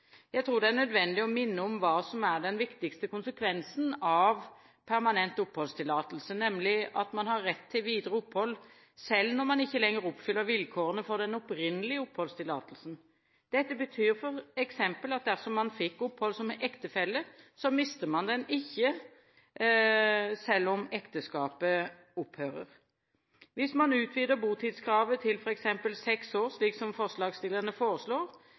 Jeg tror det er nødvendig å minne om hva som er den viktigste konsekvensen av permanent oppholdstillatelse, nemlig at man har rett til videre opphold selv når man ikke lenger oppfyller vilkårene for den opprinnelige oppholdstillatelsen. Dette betyr f.eks. at dersom man fikk opphold som ektefelle, mister man ikke oppholdstillatelsen selv om ekteskapet opphører. Hvis man utvider botidskravet til f.eks. seks år – slik som forslagsstillerne foreslår